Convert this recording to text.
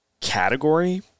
category